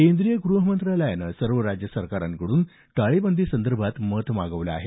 केंद्रीय गृहमंत्रालयानं सर्व राज्य सरकारांकडून टाळेबंदी संदर्भात मत मागवलं आहे